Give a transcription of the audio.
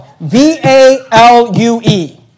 V-A-L-U-E